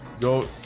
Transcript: go